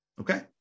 Okay